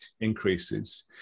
increases